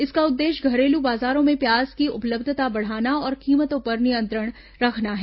इसका उद्देश्य घरेलू बाजारों में प्याज की उपलब्धता बढ़ाना और कीमतों पर नियंत्रण रखना है